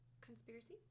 conspiracy